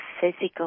physical